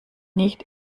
nicht